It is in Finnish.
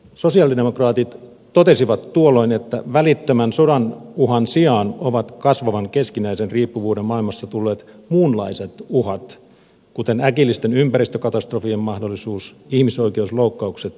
sosialidemokraatit totesivat tuolloin että välittömän sodan uhan sijaan ovat kasvavan keskinäisen riippuvuuden maailmassa tulleet muunlaiset uhat kuten äkillisten ympäristökatastrofien mahdollisuus ihmisoikeusloukkaukset ja terrorismi